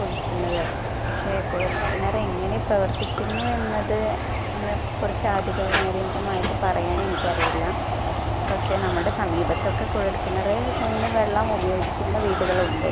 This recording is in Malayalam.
കുഴിക്കുന്നത് പക്ഷെ കുഴൽ കിണർ എങ്ങനെ പ്രവർത്തിക്കുന്നു എന്നത് അതിനെ കുറിച്ച് ആധികാരികമായിട്ട് പറയാൻ എനിക്ക് അറിയില്ല പക്ഷെ നമ്മുടെ സമീപത്തൊക്കെ കുഴൽ കിണറിൽ നിന്ന് വെള്ളം ഉപയോഗിക്കുന്ന വീടുകളുണ്ട്